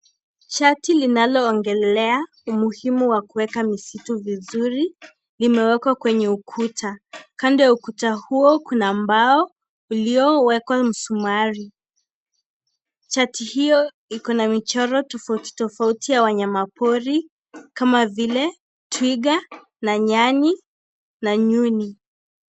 Chati linalo ongelelea umuhimu wa kuweka msitu vizuri kimewekwa kwenye ukuta, kando ya ukuta huo kuna mbao uliowekwa msumari. Chati hiyo iko na michoro tofauti tofauti ya wanyama pori kama vile twiga, na nyani na nyuni.